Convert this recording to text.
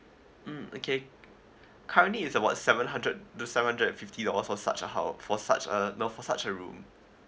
mm okay currently it's about seven hundred the seven hundred and fifty dollars for such a house for such uh no for such a room